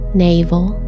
navel